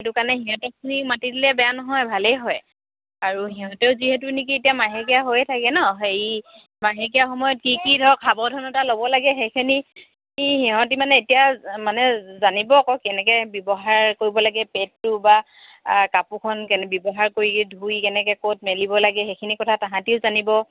সেইটো কাৰণে সিহঁতৰখিনিক মাতি দিলে বেয়া নহয় ভালেই হয় আৰু সিহঁতেও যিহেতু নেকি এতিয়া মাহেকীয়া হৈয়ে থাকে নহ্ হেৰি মাহেকীয়া সময়ত কি কি ধৰক সাৱধানতা ল'ব লাগে সেইখিনি কি সিহঁতে মানে এতিয়া মানে জানিব আকৌ কেনেকৈ ব্যৱহাৰ কৰিব লাগে পেডটো বা কাপোৰখন কেনে ব্যৱহাৰ কৰি ধুই কেনেকৈ ক'ত মেলিব লাগে সেইখিনি কথা তাহাঁতেও জানিব